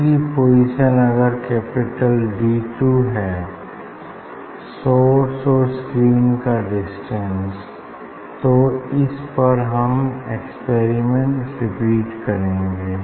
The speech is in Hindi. दूसरी पोजीशन अगर कैपिटल डी टू है सोर्स और स्क्रीन का डिस्टेंस तो इस पर हम एक्सपेरिमेंट रिपीट करेंगे